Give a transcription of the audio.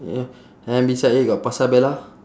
ya and beside it got pasarbella